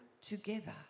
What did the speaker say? together